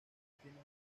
tienen